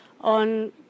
on